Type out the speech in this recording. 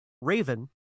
Raven